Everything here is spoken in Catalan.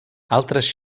altres